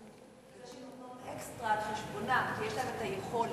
בזה שהן נותנות אקסטרה על חשבונן כי יש להן היכולת.